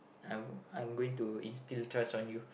I I am going to instil trust on you